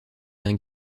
d’un